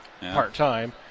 part-time